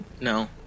No